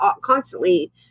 constantly